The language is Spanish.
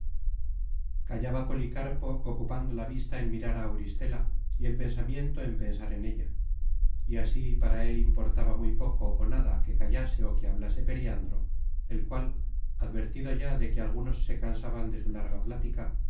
callaba policarpo ocupando la vista en mirar á auristela y el pensamiento en pensar en ella y así para él importaba muy poco ó nada que callase ó que hablase periandro el cual advertido ya de que algunos se cansaban de su larga plática